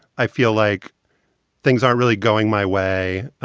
i feel like things aren't really going my way.